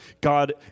God